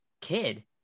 kid